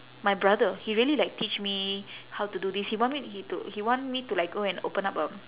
my brother he really like teach me how to do this he want me he to he want me to like go and open up a